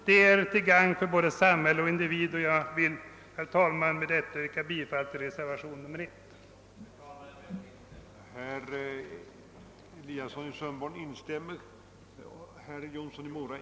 Det är till gagn för både samhälle och individ, och jag ber, herr talman, att med det anförda få yrka bifall till reservation 1. att riksdagen i skrivelse till Kungl. Maj:t begärde snabba åtgärder i syfte att uppnå sådan utformning av bestämmelserna angående inkomstbeskattningen av svenska fiskare att reglerna bleve i överensstämmelse med dem som gällde i Norge.